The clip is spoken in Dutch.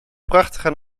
prachtige